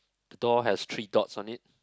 the door has three dots on it